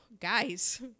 guys